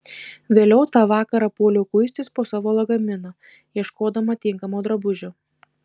vėliau tą vakarą puoliau kuistis po savo lagaminą ieškodama tinkamo drabužio